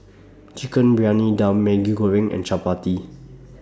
Chicken Briyani Dum Maggi Goreng and Chappati